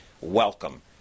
Welcome